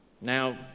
Now